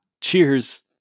Cheers